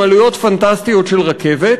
עם עלויות פנטסטיות של רכבת,